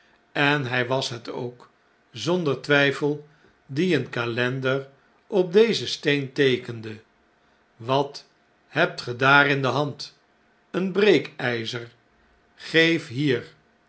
en hjj was het ook zonder twjjfel die een kalender op dezen steen teekende wat hebt ge daar in de hand een breekjjzer geef hier